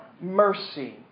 mercy